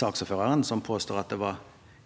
saksordføreren, som påstår at det var